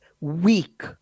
weak